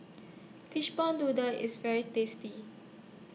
Fishball Noodle IS very tasty